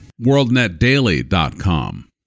worldnetdaily.com